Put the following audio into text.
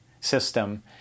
system